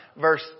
verse